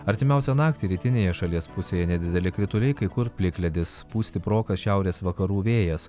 artimiausią naktį rytinėje šalies pusėje nedideli krituliai kai kur plikledis pūs stiprokas šiaurės vakarų vėjas